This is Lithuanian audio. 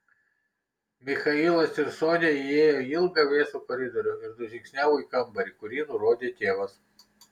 michailas ir sonia įėjo į ilgą vėsų koridorių ir nužingsniavo į kambarį kurį nurodė tėvas